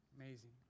Amazing